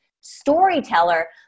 storyteller